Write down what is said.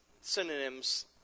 synonyms